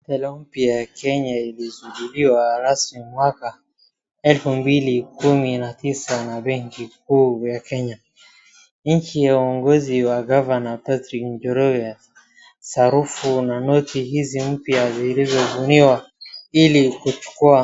Hela mpya ya Kenya ilizinduliwa rasmi mwaka elfu mbili kumi na tisa na Benki kuu ya Kenya. Nchi ya uongozi wa governor Patrick Njoroge sarufu na noti hizi mpya zilizobuniwa ili kuchukua.